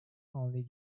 only